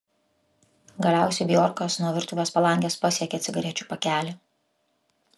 galiausiai bjorkas nuo virtuvės palangės pasiekė cigarečių pakelį